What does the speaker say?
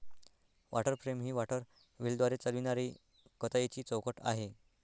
water frame ही water व्हीलद्वारे चालविणारी कताईची चौकट आहे